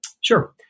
Sure